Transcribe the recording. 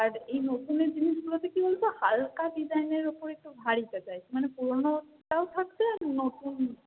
আর এই নতুনের জিনিসগুলোতে কী বলুন তো হালকা ডিজাইনের উপর একটু ভারীটা চাইছি মানে পুরনোটাও থাকছে আর নতুন